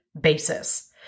basis